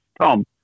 Tom